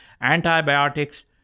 antibiotics